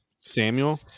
Samuel